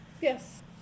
yes